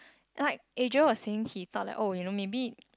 like Adriel was saying he thought like oh you know maybe